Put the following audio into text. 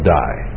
die